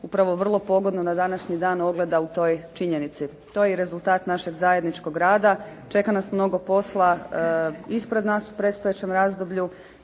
upravo vrlo pogodno na današnji dan ogleda u toj činjenici. To je i rezultat našeg zajedničkog rada. Čeka nas mnogo posla, ispred nas u predstojećem razdoblju